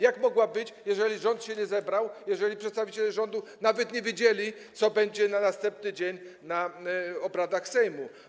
Jak mogła być, jeżeli rząd się nie zebrał, jeżeli przedstawiciele rządu nawet nie wiedzieli, co będzie następnego dnia na obradach Sejmu?